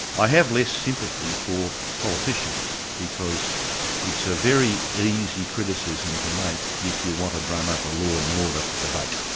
i have less sympathy for politicians, because it's a very easy criticism to make if you want to drum up a law and order debate,